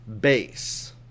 base